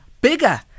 bigger